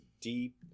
deep